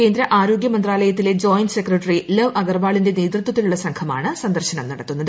കേന്ദ്ര ആർട്ടോഗ്യമന്ത്രാലയത്തിലെ joint secretary Lav അഗർവാളിന്റെ ന്തൃത്വത്തിലുള്ള സംഘമാണ് ് സന്ദർശനം നടത്തുന്നത്